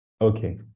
Okay